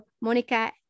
Monica